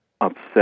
upset